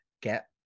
get